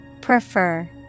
Prefer